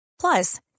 Plus